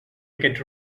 aquest